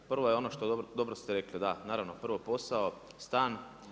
Prva je ono, dobro ste rekli da, naravno prvo posao, stan.